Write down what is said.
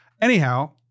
anyhow